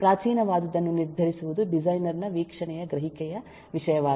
ಪ್ರಾಚೀನವಾದುದನ್ನು ನಿರ್ಧರಿಸುವುದು ಡಿಸೈನರ್ನ ವೀಕ್ಷಣೆಯ ಗ್ರಹಿಕೆಯ ವಿಷಯವಾಗಿದೆ